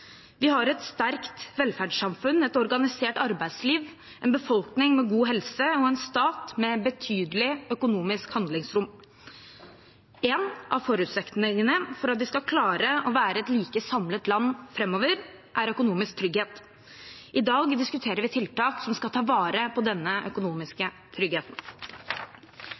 Vi har et sterkt velferdssamfunn, et organisert arbeidsliv, en befolkning med god helse og en stat med betydelig økonomisk handlingsrom. En av forutsetningene for at vi skal klare å være et like samlet land framover, er økonomisk trygghet. I dag diskuterer vi tiltak som skal ta vare på denne økonomiske tryggheten.